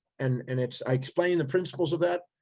and and it's. i explained the principles of that.